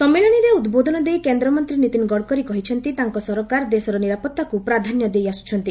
ସମ୍ମିଳନୀରେ ଉଦ୍ବୋଧନ ଦେଇ କେନ୍ଦ୍ରମନ୍ତ୍ରୀ ନୀତିନ ଗଡ଼କରି କହିଛନ୍ତି ତାଙ୍କ ସରକାର ଦେଶର ନିରାପତ୍ତାକୁ ପ୍ରାଧାନ୍ୟ ଦେଇଆସୁଛନ୍ତି